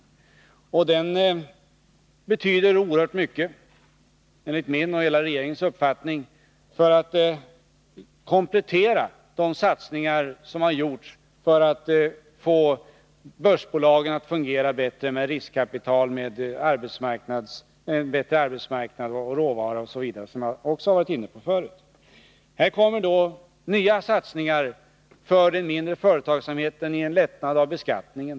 Propositionens förslag betyder oerhört mycket, enligt min och hela regeringens uppfattning, för att komplettera de satsningar som har gjorts för att få börsbolagen att fungera bättre med riskkapital, med bättre arbetsmarknad, bättre råvarutillgång osv. Här kommer nya satsningar för den mindre företagsamheten genom en lättnad i beskattningen.